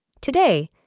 Today